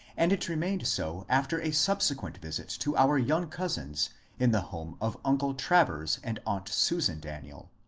and it remained so after a subsequent visit to our young cousins in the home of uncle travers and aunt susan daniel.